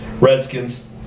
Redskins